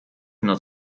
not